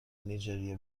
نیجریه